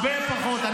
הרבה הרבה פחות, עידית.